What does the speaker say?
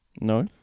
No